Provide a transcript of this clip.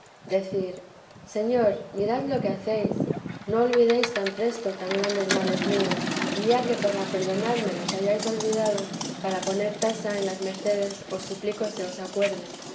decir señor mirad lo que hacéis no olvidéis tan presto tan grandes males míos y ya que para perdonarme los hayáis olvidado para poner tasa en las mercedes os suplico se os acuerde